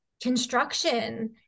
construction